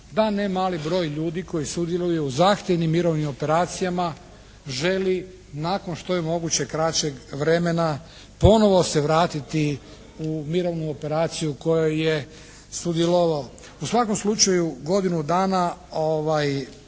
da ne mali broj koji sudjeluje u zahtjevnim mirovnim operacijama želi nakon što je moguće kraćeg vremena ponovo se vratiti u mirovnu operaciju u kojoj je sudjelovao. U svakom slučaju, godinu dana